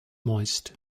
moist